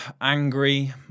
angry